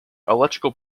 electrical